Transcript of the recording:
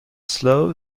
slow